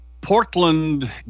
Portland